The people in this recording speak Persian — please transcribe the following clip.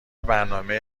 برنامههای